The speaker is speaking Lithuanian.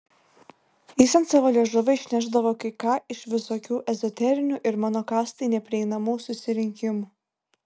jis ant savo liežuvio išnešdavo kai ką iš visokių ezoterinių ir mano kastai neprieinamų susirinkimų